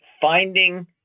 finding